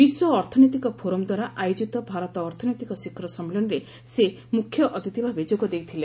ବିଶ୍ୱ ଅର୍ଥନୈତିକ ଫୋରମ୍ଦ୍ୱାରା ଆୟୋଜିତ ଭାରତ ଅର୍ଥନୈତିକ ଶିଖର ସମ୍ମିଳନୀରେ ସେ ମୁଖ୍ୟ ଅତିଥି ଭାବେ ଯୋଗ ଦେଇଥିଲେ